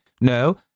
No